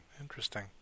Interesting